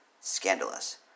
scandalous